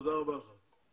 תודה רבה לך.